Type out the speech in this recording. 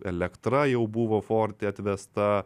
elektra jau buvo forte atvesta